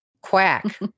Quack